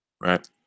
right